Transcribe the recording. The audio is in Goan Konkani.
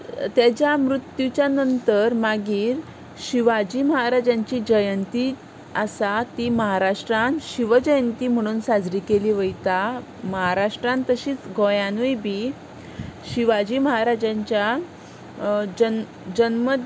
ताच्या मृत्युच्या नंतर मागीर शिवाजी महाराजांची जयंती आसा ती महाराष्ट्रांत शिव जयंती म्हणून साजरी केली वता महाराष्ट्रांत तशेंच गोंयांतूय बी शिवाजी महाराजांच्या जन जल्म